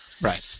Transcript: Right